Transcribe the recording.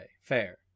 fair